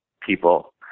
people